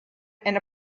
and